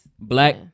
black